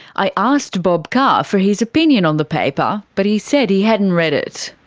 i asked bob carr for his opinion on the paper, but he said he hadn't read it.